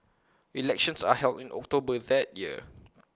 elections are held in October that year